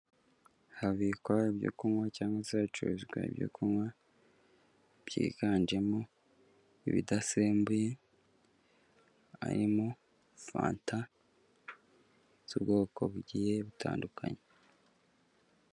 Habikwa ibyo kunywa cyangwa se hacururizwa ibyo kunywa byiganjemo ibidasembuye, harimo fanta z'ubwoko bugiye butandukanye.